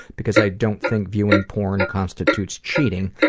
because i don't think viewing porn constitutes cheating,